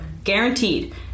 Guaranteed